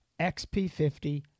XP50